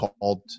called